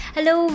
Hello